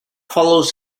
follows